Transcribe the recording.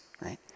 right